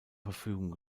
verfügung